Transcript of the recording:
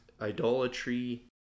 idolatry